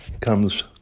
comes